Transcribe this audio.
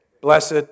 blessed